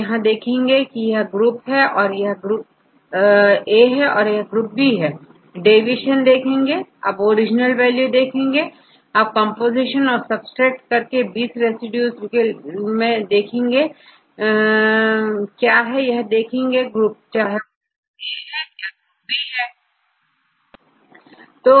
यहां हम देखेंगे यहA यहB है डेविएशन देखेंगे अब ओरिजिनल वैल्यू देखें यह कंपोजीशन और सब्ट्रैक्ट प्रत्येक20 रेसिड्यू क्या देखेंगे चाहे A या B ग्रुप हो